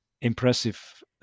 impressive